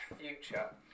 future